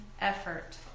effort